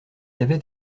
avait